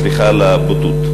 סליחה על הבוטות.